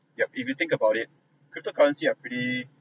yup if you think about it cryptocurrency are pretty